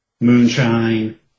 Moonshine